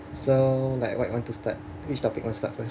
so like what you want to start which topic want start first